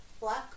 Black